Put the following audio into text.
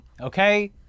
Okay